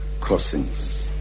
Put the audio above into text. crossings